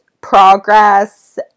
progress